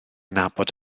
nabod